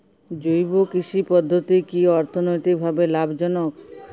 জৈব কৃষি পদ্ধতি কি অর্থনৈতিকভাবে লাভজনক?